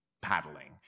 paddling